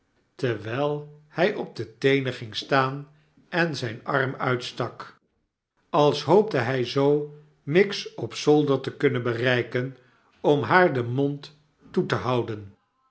terwijl hij op de teenen ging staan en zijn arm uitstak als hoopte hij zoo miggs op zolder te kunnen bereiken om haar den mond toe te houden